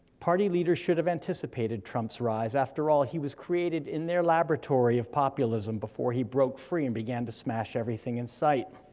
party leaders should have anticipated trump's rise, after all, he was created in their laboratory of populism before he broke free and began to smash everything in sight.